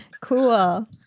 Cool